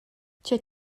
tgei